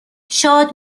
شاد